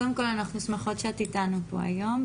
שמחות שאת איתנו פה היום,